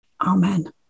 Amen